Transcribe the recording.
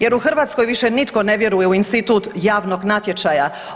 Jer u Hrvatskoj više nitko ne vjeruje u institut javnog natječaja.